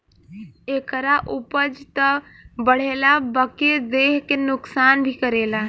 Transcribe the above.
एकरा उपज त बढ़ेला बकिर देह के नुकसान भी करेला